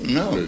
no